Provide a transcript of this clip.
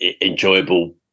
enjoyable